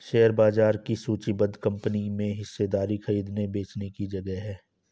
share बाजार किसी सूचीबद्ध कंपनी में हिस्सेदारी खरीदने बेचने की जगह है